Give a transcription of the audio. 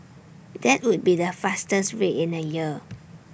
that would be the fastest rate in A year